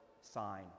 sign